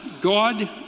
God